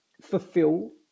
fulfill